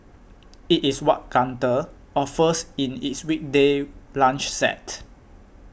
it is what Gunther offers in its weekday lunch set